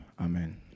Amen